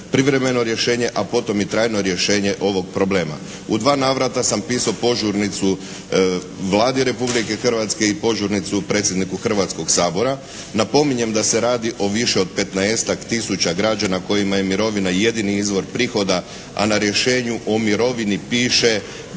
privremeno rješenje a potom i trajno rješenje ovog problema." U dva navrata sam pisao požurnicu Vladi Republike Hrvatske i požurnicu predsjedniku Hrvatskog sabora. Napominjem da se radi o više od petnaestak tisuća građana kojima je mirovina jedini izvor prihoda a na rješenju o mirovini piše